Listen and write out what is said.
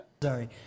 sorry